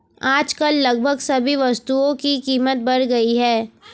आजकल लगभग सभी वस्तुओं की कीमत बढ़ गई है